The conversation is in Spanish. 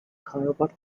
harvard